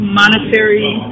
monetary